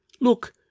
Look